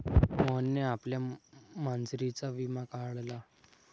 मोहनने आपल्या मांजरीचा विमा काढला